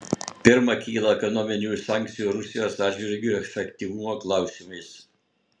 pirma kyla ekonominių sankcijų rusijos atžvilgiu efektyvumo klausimas